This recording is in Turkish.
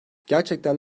gerçekten